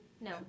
No